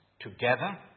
together